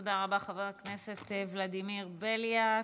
תודה רבה, חבר הכנסת ולדימיר בליאק.